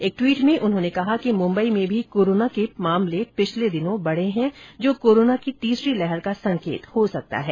एक ट्वीट में उन्होंने कहा कि मुंबई में भी कोरोना के मामले पिछले दिनों बढ़े हैं जो कोरोना की तीसरी लहर का संकेत हो सकता है